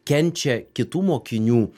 kenčia kitų mokinių